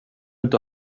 inte